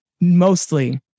mostly